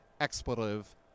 Expletive